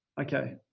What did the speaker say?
Okay